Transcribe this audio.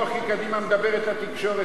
קדימה מדברת לתקשורת,